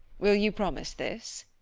will you promise this?